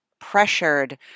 pressured